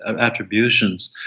attributions